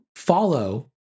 Follow